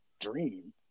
dream